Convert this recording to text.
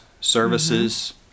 services